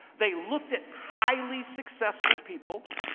they looked at highly-successful people,